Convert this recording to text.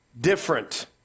different